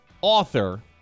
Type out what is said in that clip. author